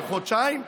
על חודשיים?